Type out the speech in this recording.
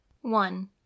one